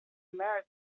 americans